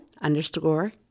underscore